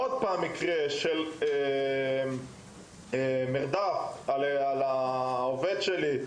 מקרה נוסף של מרדף ברכב אחרי העובד שלי.